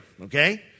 okay